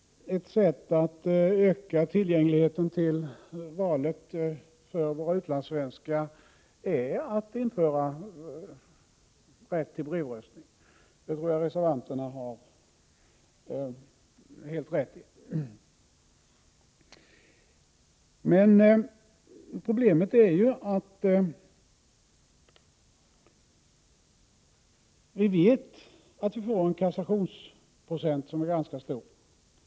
Ett sätt att öka tillgängligheten till valet för våra utlandssvenskar är helt klart att införa rätt till brevröstning. Det tror jag att reservanterna har helt rätt i. Problemet är att vi vet att vi får en kassationsprocent som är ganska stor.